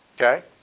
Okay